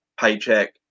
paycheck